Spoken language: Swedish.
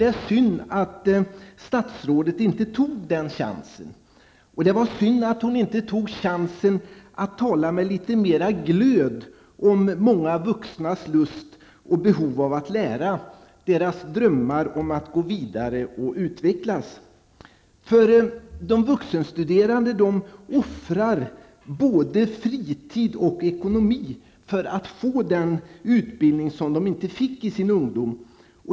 Det är synd att statsrådet inte tog den chansen. Det är också synd att hon inte tog chansen att tala med lite mera glöd om många vuxnas lust och behov av att lära, deras drömmar om att gå vidare och utvecklas. De vuxenstuderande offrar både fritid och ekonomi för att få den utbildning som de inte fick i sin ungdom.